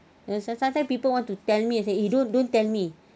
you know sometime people want to tell me I say eh don't don't tell me